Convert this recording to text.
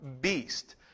beast